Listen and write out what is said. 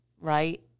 right